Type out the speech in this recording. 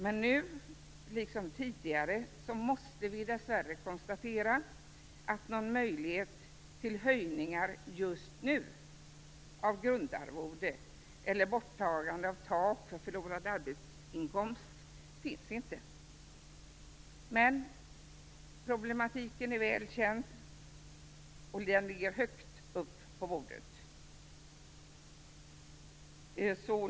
Men nu liksom tidigare måste vi dessvärre konstatera att någon möjlighet till höjningar just nu av grundarvode eller borttagande av tak för förlorad arbetsinkomst inte finns. Men problematiken är välkänd och ligger högt på dagordningen.